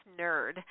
nerd